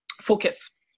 focus